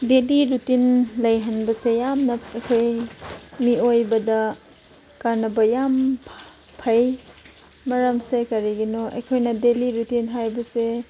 daily routine ꯂꯩꯍꯟꯕꯁꯦ ꯌꯥꯝꯅ ꯑꯩꯈꯣꯏ ꯃꯤꯑꯣꯏꯕꯗ ꯀꯥꯟꯅꯕ ꯌꯥꯝ ꯐꯩ ꯃꯔꯝꯁꯦ ꯀꯔꯤꯒꯤꯅꯣ ꯑꯩꯈꯣꯏꯅ ꯗꯦꯂꯤ ꯔꯨꯇꯤꯟ ꯍꯥꯏꯕꯁꯦ